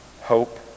hope